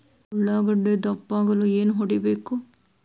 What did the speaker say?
ಉಳ್ಳಾಗಡ್ಡೆ ದಪ್ಪ ಆಗಲು ಏನು ಹೊಡಿಬೇಕು?